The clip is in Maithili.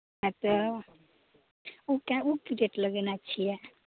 अच्छा ओ की रेट लगेने छियै